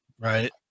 Right